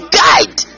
guide